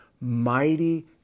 mighty